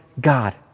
God